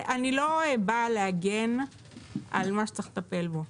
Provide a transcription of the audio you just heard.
אני לא באה להגן על מה שצריך לטפל בו,